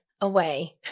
away